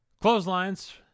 Clotheslines